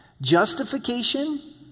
justification